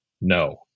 no